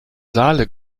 saale